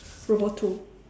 robot two